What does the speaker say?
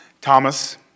Thomas